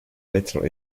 little